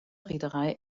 reederei